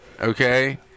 Okay